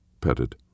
petted